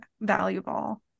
valuable